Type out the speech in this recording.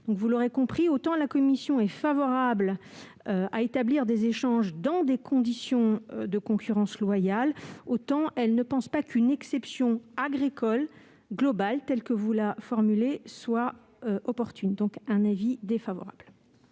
Vous l'aurez compris, autant la commission est favorable à établir des échanges dans des conditions de concurrence loyale, autant elle ne pense pas qu'une exception agricole globale, telle que vous la proposez, soit opportune. Avis défavorable.